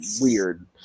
weird